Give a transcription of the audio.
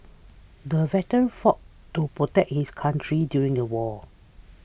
the veteran fought to protect his country during the war